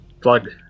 Plug